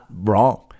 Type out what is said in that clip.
wrong